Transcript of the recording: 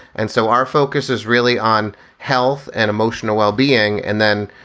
and so our focus is really on health and emotional well-being. and then,